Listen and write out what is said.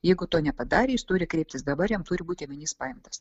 jeigu to nepadarė jis turi kreiptis dabar jam turi būt ėminys paimtas